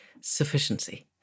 sufficiency